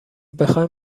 بخواین